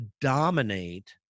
dominate